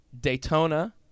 Daytona